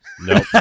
Nope